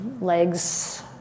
legs